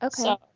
Okay